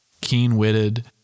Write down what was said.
keen-witted